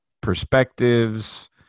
perspectives